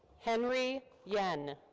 henry yen.